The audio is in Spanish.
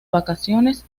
vacaciones